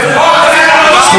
זכותכם להגיב.